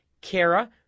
Kara